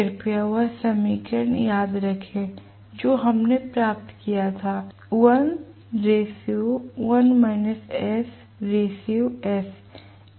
कृपया वह समीकरण याद रखें जो हमने प्राप्त किया है